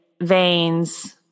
veins